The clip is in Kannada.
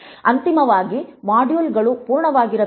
ಅಂತಿಮವಾಗಿ ಮಾಡ್ಯೂಲ್ಗಳು ಪೂರ್ಣವಾಗಿರಬೇಕು